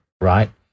right